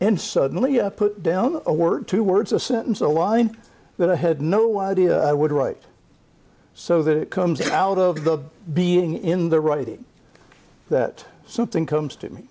and suddenly you put down a word or two words a sentence a line that i had no idea i would write so that it comes out of the being in the writing that something comes to me